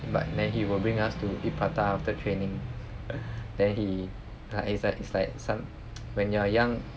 but then he will bring us to eat prata after training then he like is like is like some when you're young